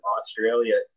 Australia